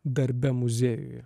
darbe muziejuje